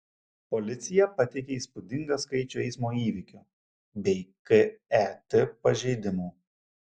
policija pateikė įspūdingą skaičių eismo įvykių bei ket pažeidimų